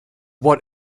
what